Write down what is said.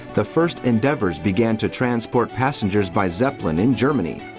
the first endeavours began to transport passengers by zeppelin in germany,